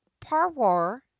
parwar